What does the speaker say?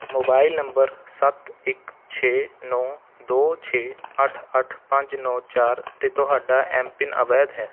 mobile number ਸੱਤ ਇੱਕ ਛੇ ਨੌ ਦੋ ਛੇ ਅੱਠ ਅੱਠ ਪੰਜ ਨੌ ਚਾਰ ਤੇ ਤੁਹਾਡਾ ਐੱਮ ਪਿੰਨ ਅਵੈਧ ਹੈ